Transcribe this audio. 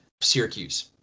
Syracuse